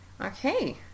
Okay